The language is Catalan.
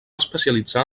especialitzar